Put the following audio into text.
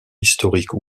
historique